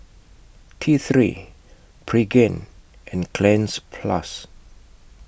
T three Pregain and Cleanz Plus